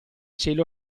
cielo